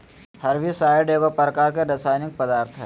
herbicide एगो प्रकार के रासायनिक पदार्थ हई